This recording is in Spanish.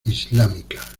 islámica